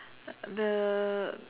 the